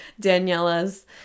Daniela's